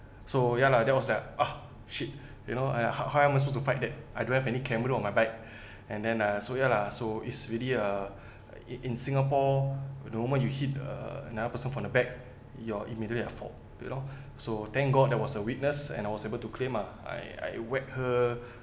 so ya lah that was like ah shit you know I how how am I supposed to fight that I don't have any camera on my bike and then uh so ya lah so it's really uh in in singapore normal you hit another person from the back you're immediately at fault you know so thank god there was a witness and I was able to claim lah I I wag her